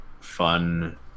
fun